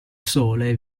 sole